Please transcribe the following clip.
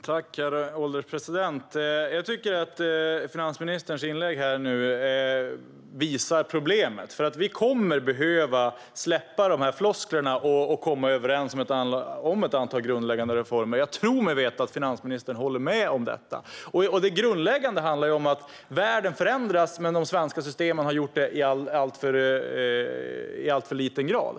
Herr ålderspresident! Jag tycker att finansministerns inlägg visar problemet. Vi kommer att behöva släppa flosklerna och i stället komma överens om ett antal grundläggande reformer. Jag tror mig veta att finansministern håller med om det. Det grundläggande handlar om att världen förändras, men de svenska systemen har gjort det i alltför låg grad.